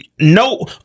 no